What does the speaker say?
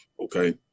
okay